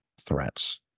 threats